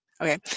Okay